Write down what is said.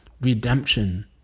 redemption